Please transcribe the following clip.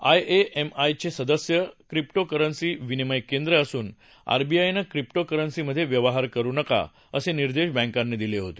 आयएएमएआयचे सदस्य crypto currency विनिमय केंद्रं असून आरबीआयनं क्रिपी फ़रन्सीमध्ये व्यवहार करू नका असे निर्देश बँकांना दिले होते